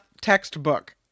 textbook